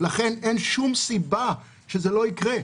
לכן אין שום סיבה שזה לא יקרה.